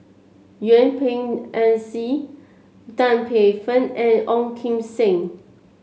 Yuen Peng McNeice Tan Paey Fern and Ong Kim Seng